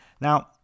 Now